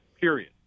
Period